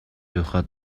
тухай